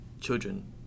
children